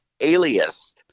alias